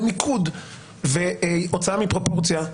ומיקוד והוצאה מפרופורציה,